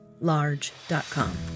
large.com